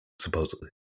supposedly